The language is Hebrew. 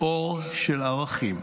"אור של ערכים,